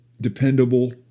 dependable